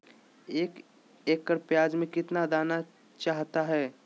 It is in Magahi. एक एकड़ प्याज में कितना दाना चाहता है?